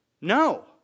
No